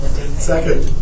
Second